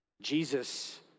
Jesus